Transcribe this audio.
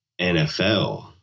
NFL